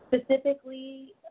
specifically